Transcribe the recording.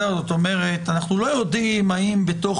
זאת אומרת שאנחנו לא יודעים האם בתוך